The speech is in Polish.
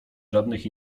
żadnych